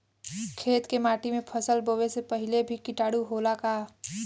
खेत के माटी मे फसल बोवे से पहिले भी किटाणु होला का?